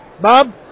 bob